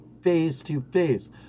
face-to-face